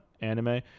anime